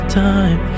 time